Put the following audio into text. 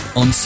on